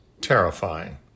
terrifying